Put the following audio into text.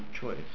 choice